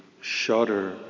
shudder